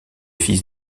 fils